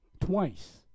Twice